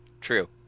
true